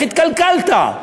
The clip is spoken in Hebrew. איך התקלקלת?